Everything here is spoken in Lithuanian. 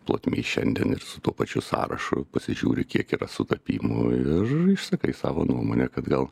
plotmėj šiandien ir su tuo pačiu sąrašu pasižiūri kiek yra sutapimų ir išsakai savo nuomonę kad gal